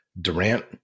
Durant